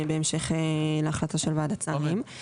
בהמשך להחלטה של ועדת שרים.